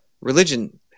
religion